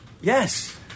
Yes